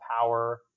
power